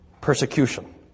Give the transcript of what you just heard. persecution